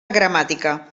gramàtica